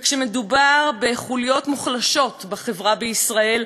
וכשמדובר בחוליות מוחלשות בחברה בישראל,